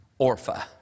Orpha